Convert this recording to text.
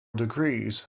degrees